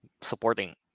supporting